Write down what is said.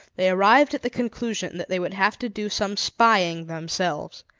they arrived at the conclusion that they would have to do some spying themselves.